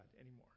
anymore